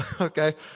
Okay